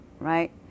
Right